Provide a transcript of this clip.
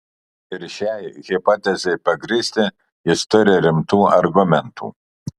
ir šiai hipotezei pagrįsti jis turi rimtų argumentų